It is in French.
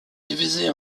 divisées